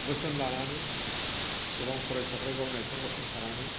बोसोन लानानै गोबां फरायसाफोरा गावनि आथिङाव गसंथानानै